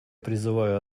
призываю